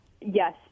Yes